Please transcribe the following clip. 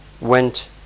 went